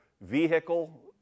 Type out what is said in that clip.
vehicle